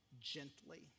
gently